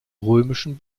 römischen